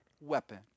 weapon